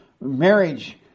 marriage